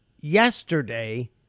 yesterday